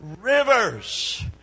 Rivers